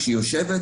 כשהיא יושבת,